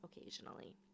occasionally